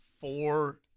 four